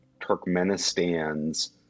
Turkmenistan's